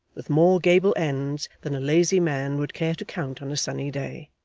with more gable ends than a lazy man would care to count on a sunny day